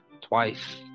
twice